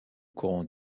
courant